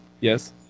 Yes